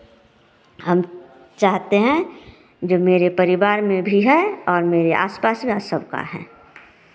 हम चाहते हैं जो मेरे परिवार में भी है और मेरे आस पास या सबका है